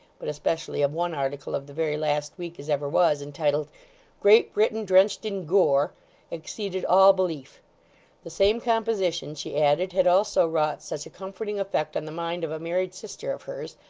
but especially of one article of the very last week as ever was, entitled great britain drenched in gore exceeded all belief the same composition, she added, had also wrought such a comforting effect on the mind of a married sister of hers,